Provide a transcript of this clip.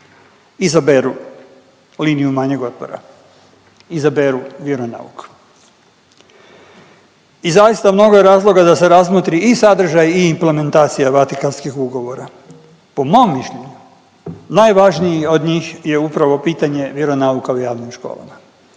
izaberu linijom manjeg otpora, izaberu vjeronauk. I zaista, mnogo je razloga da se razmotri i sadržaj i implementacija Vatikanskih ugovora. Po mom mišljenju, najvažniji od njih je upravo pitanje vjeronauka u javnim školama.